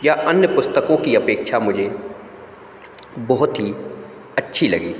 यह अन्य पुस्तकों की अपेक्षा मुझे बहुत ही अच्छी लगी